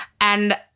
And-